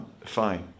fine